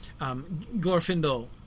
Glorfindel